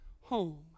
home